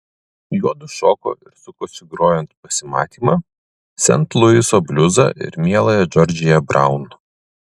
juodu šoko ir sukosi grojant pasimatymą sent luiso bliuzą ir mieląją džordžiją braun